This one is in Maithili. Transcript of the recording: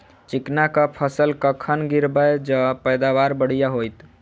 चिकना कऽ फसल कखन गिरैब जँ पैदावार बढ़िया होइत?